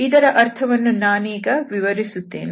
ಇದರ ಅರ್ಥವನ್ನು ನಾನೀಗ ವಿವರಿಸುತ್ತೇನೆ